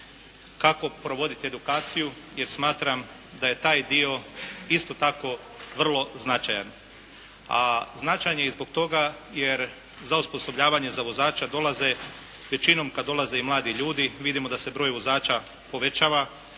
kako provoditi edukaciju, jer smatram da je taj dio isto tako vrlo značajan. A značajan je i zbog toga jer za osposobljavanje za vozača dolaze većinom kada dolaze mladi ljudi, vidimo da se broj vozača povećava,